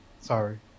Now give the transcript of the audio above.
Sorry